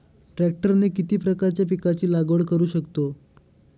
ट्रॅक्टरने किती प्रकारच्या पिकाची लागवड करु शकतो?